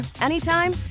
anytime